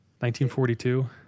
1942